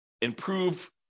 improve